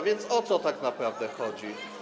Więc o co tak naprawdę chodzi?